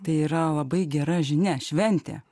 tai yra labai gera žinia šventė